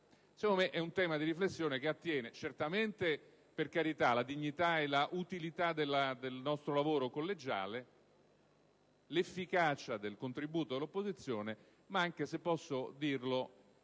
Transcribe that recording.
questo sia un tema di riflessione che attiene certamente alla dignità e alla utilità del nostro lavoro collegiale, all'efficacia del contributo dell'opposizione, ma anche, se posso dirlo,